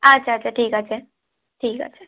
আচ্ছা আচ্ছা ঠিক আছে ঠিক আছে